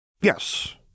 Yes